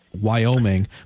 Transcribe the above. Wyoming